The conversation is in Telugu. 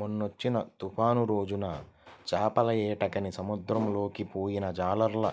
మొన్నొచ్చిన తుఫాను రోజున చేపలేటకని సముద్రంలోకి పొయ్యిన జాలర్ల